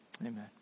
Amen